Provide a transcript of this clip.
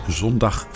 zondag